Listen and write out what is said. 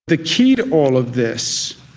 the key to all of this,